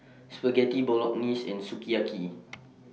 Spaghetti Bolognese and Sukiyaki